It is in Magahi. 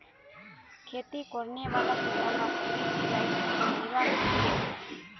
खेती करने वाला किसानक कृषि लाइसेंस लिबा हछेक